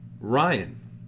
Ryan